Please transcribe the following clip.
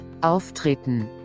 auftreten